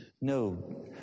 No